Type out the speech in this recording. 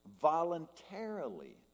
voluntarily